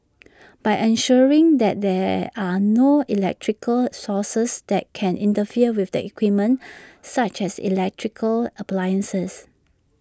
by ensuring that there are no electrical sources that can interfere with the equipment such as electrical appliances